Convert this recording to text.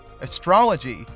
astrology